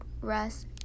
rest